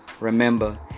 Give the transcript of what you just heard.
Remember